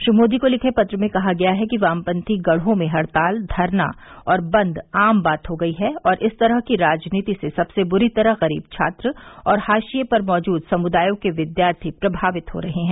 श्री मोदी को लिखे पत्र में कहा गया है कि वामपंथी गढ़ों में हड़ताल धरना और बंद आम बात हो गई है और इस तरह की राजनीति से सबसे ब्री तरह गरीब छात्र और हाशिये पर मौजूद समुदायों के विद्यार्थी प्रभावित हो रहे हैं